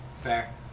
Fair